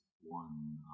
one